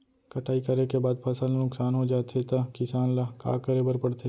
कटाई करे के बाद फसल ह नुकसान हो जाथे त किसान ल का करे बर पढ़थे?